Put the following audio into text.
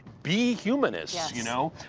be humanists, yeah you know?